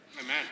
Amen